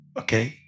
okay